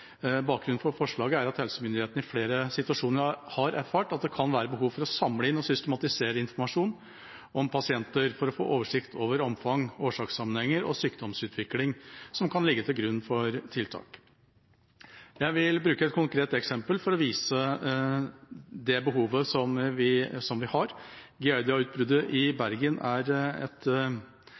Bakgrunnen for forslaget er at helsemyndighetene i flere situasjoner har erfart at det kan være behov for å samle inn og systematisere informasjon om pasienter for å få oversikt over omfang, årsakssammenhenger og sykdomsutvikling som kan ligge til grunn for tiltak. Jeg vil bruke et konkret eksempel for å vise behovet vi har. Giardia-utbruddet i Bergen var en miljørelatert hendelse som førte til et